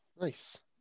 nice